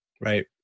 Right